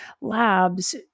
labs